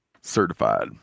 Certified